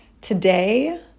Today